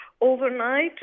Overnight